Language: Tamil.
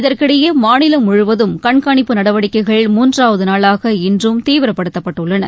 இதற்கிடையே மாநிலம் முழுவதும் கண்காணிப்பு நடவடிக்கைகள் மூன்றாவது நாளாக இன்றும் தீவிரப்படுத்தப்பட்டுள்ளன